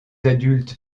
adultes